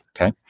okay